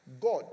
God